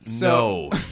No